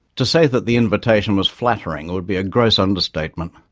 to say that the invitation was flattering would be a gross understatement.